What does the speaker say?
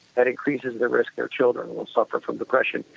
that increases the risk their children will suffer from depression,